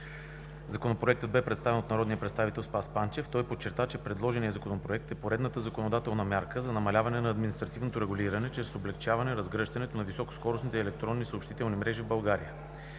Законопроектът бе представен от народния представител Спас Панчев. Той подчерта, че предложеният законопроект е поредната законодателна мярка за намаляване на административното регулиране чрез облекчаване разгръщането на високоскоростните електронни съобщителни мрежи в България.